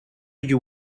you